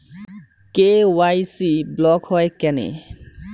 KYC block হয় কেনে?